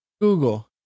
Google